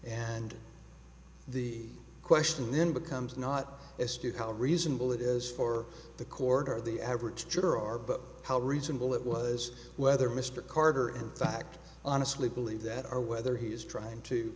and the question then becomes not as to how reasonable it is for the quarter the average juror but how reasonable it was whether mr carter in fact honestly believe that or whether he is trying